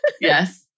Yes